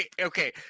okay